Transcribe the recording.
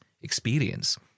experience